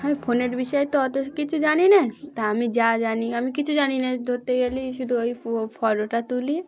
হ্যাঁ ফোনের বিষয়ে তো অত কিছু জানি না তা আমি যা জানি আমি কিছু জানি না ধরতে গেলে শুধু ওই ফটোটা তুলি